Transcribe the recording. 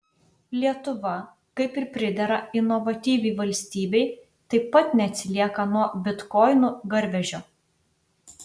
lietuva kaip ir pridera inovatyviai valstybei taip pat neatsilieka nuo bitkoinų garvežio